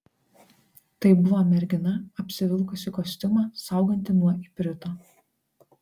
tai buvo mergina apsivilkusi kostiumą saugantį nuo iprito